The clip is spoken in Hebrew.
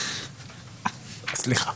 סליחה.